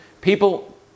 People